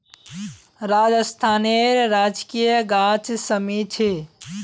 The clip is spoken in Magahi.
राजस्थानेर राजकीय गाछ शमी छे